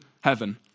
heaven